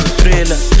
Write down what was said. thriller